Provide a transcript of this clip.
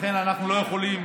לכן אנחנו לא יכולים.